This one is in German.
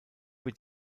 wird